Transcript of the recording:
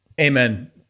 Amen